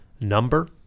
number